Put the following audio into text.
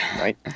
right